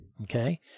Okay